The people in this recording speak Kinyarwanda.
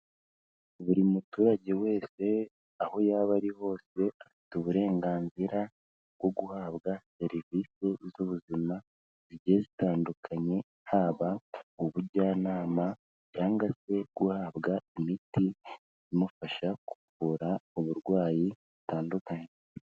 Buri muturage wese aho yaba ari hose afite uburenganzira bwo guhabwa serivisi z'ubuzima zigiye zitandukanye haba ubujyanama cyangwa se guhabwa imiti imufasha kuvura uburwayi butandukanye.